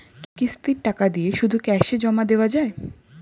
কিস্তির টাকা দিয়ে শুধু ক্যাসে জমা দেওয়া যায়?